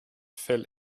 fell